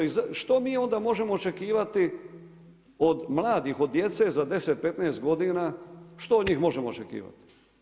I što mi onda možemo očekivati od mladih, od djece za 10, 15 godina, što od njih možemo očekivati?